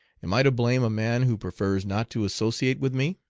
am i to blame a man who prefers not to associate with me?